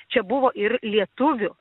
čia buvo ir lietuvių